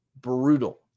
brutal